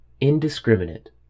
Indiscriminate